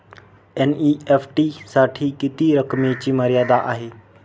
NEFT साठी किती रकमेची मर्यादा आहे?